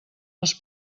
els